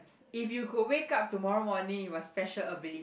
if you could wake up tomorrow morning with a special ability